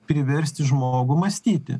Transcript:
priversti žmogų mąstyti